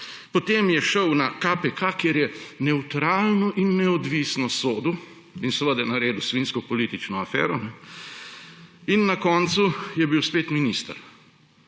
potem je šel na KPK, kjer je nevtralno in neodvisno sodil in seveda naredil svinjsko politično afero; in na koncu je bil spet minister.